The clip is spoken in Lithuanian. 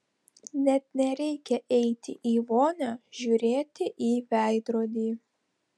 net nereikia eiti į vonią žiūrėti į veidrodį